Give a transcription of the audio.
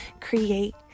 create